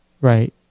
right